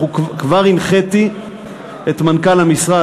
כבר הנחיתי את מנכ"ל המשרד,